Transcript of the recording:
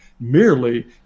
merely